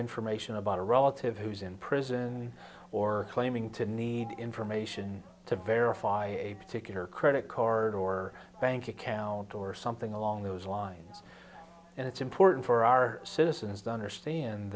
information about a relative who's in prison or claiming to need information to verify a particular credit card or bank account or something along those lines and it's important for our citizens dunder sta